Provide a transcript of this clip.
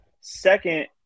Second